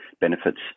benefits